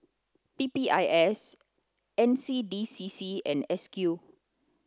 P P I S N C D C C and S Q